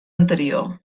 anterior